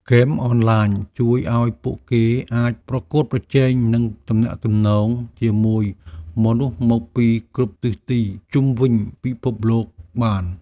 ហ្គេមអនឡាញជួយឱ្យពួកគេអាចប្រកួតប្រជែងនិងទំនាក់ទំនងជាមួយមនុស្សមកពីគ្រប់ទិសទីជុំវិញពិភពលោកបាន។